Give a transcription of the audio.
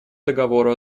договору